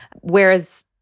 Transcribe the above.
Whereas